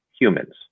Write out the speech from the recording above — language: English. humans